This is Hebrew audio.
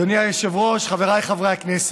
אדוני היושב-ראש, חבריי חברי הכנסת,